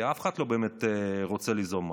כי אף אחד לא באמת רוצה ליזום משהו.